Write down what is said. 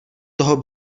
toho